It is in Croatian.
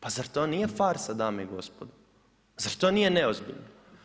Pa zar to nije farsa dame i gospodo, zar to nije neozbiljno.